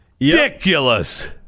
ridiculous